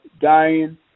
dying